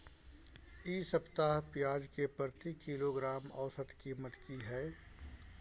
इ सप्ताह पियाज के प्रति किलोग्राम औसत कीमत की हय?